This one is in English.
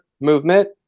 movement